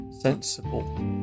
sensible